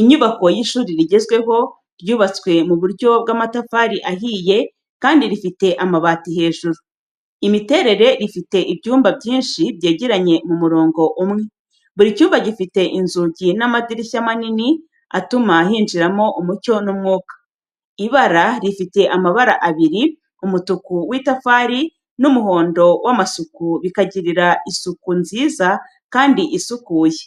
Inyubako y’ishuri rigezweho, ryubatswe mu buryo bw’amatafari ahiye kandi rifite amabati hejuru. Imiterere, rifite ibyumba byinshi byegeranye mu murongo umwe, buri cyumba gifite inzugi n’amadirishya manini atuma hinjiramo umucyo n’umwuka. Ibara, rifite amabara abiri umutuku w’itafari n’umuhondo w’amasuku bikarigira isura nziza kandi isukuye.